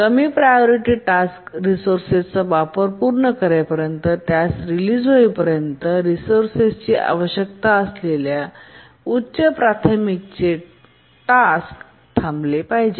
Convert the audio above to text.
कमी priority task resources चा वापर पूर्ण करेपर्यंत आणि त्यास रिलीझ होईपर्यंत रिसोर्सेसची आवश्यकता असलेल्या उच्च प्राथमिकतेचे टास्क थांबले पाहिजे